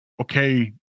okay